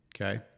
Okay